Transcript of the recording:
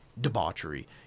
debauchery